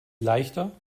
leichter